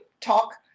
talk